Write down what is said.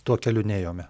tuo keliu nėjome